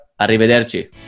Arrivederci